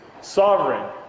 Sovereign